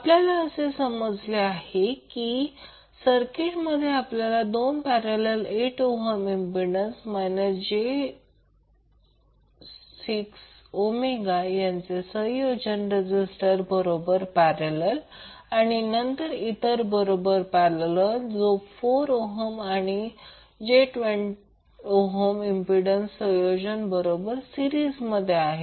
आपल्याला असे समजेल की या सर्किटमध्ये आता दोन पॅरालल 8 ohm इम्पिडंस j6 यांचे संयोजन रेझीस्टंस बरोबर पॅरालल आणि नंतर इतर पॅरालल 4 आणि j12 इम्पिडंसयांचे संयोजन बरोबर सिरिसमध्ये आहेत